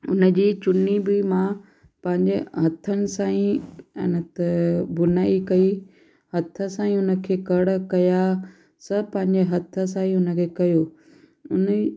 उन जी चुनी बि मां पंहिंजे हथनि सां ई उन ते बुनाई कयईं हथ सां ई उन खे कड़ कयां सभु पंहिंजे हथ सां ई उन खे कयो उन